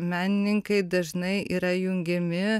menininkai dažnai yra jungiami